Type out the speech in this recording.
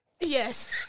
Yes